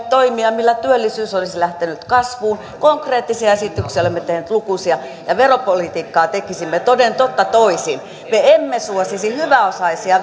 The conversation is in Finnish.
toimia millä työllisyys olisi lähtenyt kasvuun konkreettisia esityksiä olemme tehneet lukuisia ja veropolitiikkaa tekisimme toden totta toisin me emme suosisi hyväosaisia